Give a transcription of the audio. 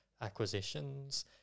acquisitions